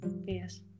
Yes